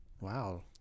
Wow